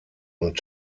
und